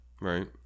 Right